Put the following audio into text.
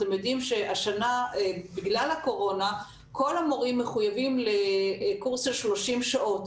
אתם יודעים שהשנה בגלל הקורונה כל המורים מחויבים לקורס של 30 שעות,